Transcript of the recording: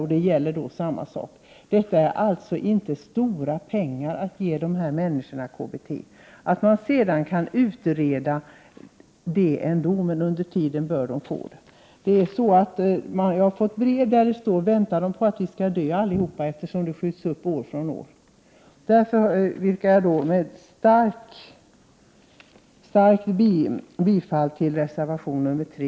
Det rör sig alltså inte om några stora summor när det gäller att möjliggöra KBT för undantagandepensionärerna. I och för sig kan frågan, som sagt, utredas. Men under tiden bör KBT kunna utgå. I brev till mig har människor frågat: Väntar man på att vi alla skall dö, eftersom den här frågan förhalas år efter år? Jag vill understryka mitt bifall till reservation 3.